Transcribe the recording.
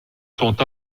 sont